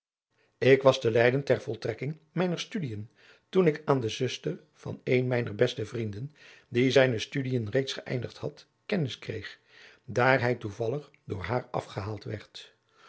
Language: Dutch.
ik was te leyden ter voltrekking mijner studien toen ik aan de zuster van adriaan loosjes pzn het leven van maurits lijnslager een mijner beste vrienden die zijne studien reeds geëindigd had kennis kreeg daar hij toevallig door haar afgehaald werd